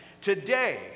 today